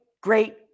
great